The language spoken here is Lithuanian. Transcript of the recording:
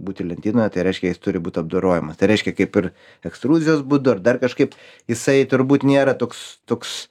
būti lentynoje tai reiškia jis turi būt apdorojamas tai reiškia kaip ir ekstruzijos būdu ar dar kažkaip jisai turbūt nėra toks toks